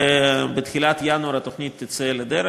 בתחילת ינואר התוכנית תצא לדרך,